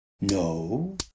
No